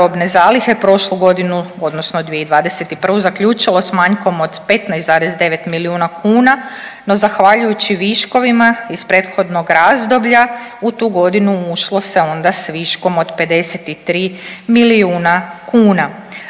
robne zalihe prošlu godinu odnosno 2021. zaključilo s manjkom od 15,9 milijuna kuna, no zahvaljujući viškovima iz prethodnog razdoblja u tu godinu ušlo se onda s viškom od 53 milijuna kuna.